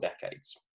decades